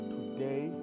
Today